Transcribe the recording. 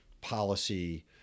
policy